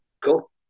Cool